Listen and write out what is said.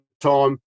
time